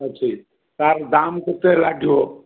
ଅଛି ତାର ଦାମ୍ କେତେ ଲାଗିବ